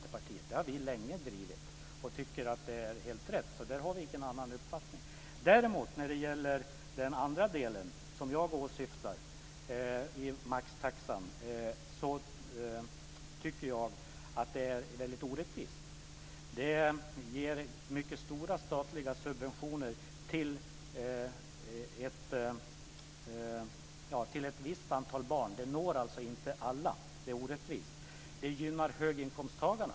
Vi har länge drivit de förslagen, och vi tycker att de är helt rätt. Där har vi ingen annan uppfattning. Den andra delen jag åsyftar i maxtaxan tycker jag är orättvis. Den ger stora statliga subventioner till ett visst antal barn. Den når inte alla, och det är orättvist. Den gynnar höginkomsttagarna.